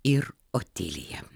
ir otilija